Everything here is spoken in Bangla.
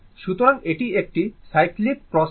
সুতরাং এটি একটি সাইক্লিক প্রসেস